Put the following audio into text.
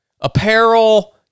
Apparel